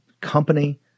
company